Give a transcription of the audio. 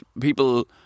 people